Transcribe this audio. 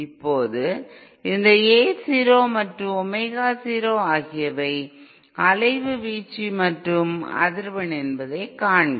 இப்போது இந்த A 0 மற்றும் ஒமேகா 0 ஆகியவை அலைவு வீச்சு மற்றும் அதிர்வெண் என்பதைக் காண்க